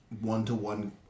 one-to-one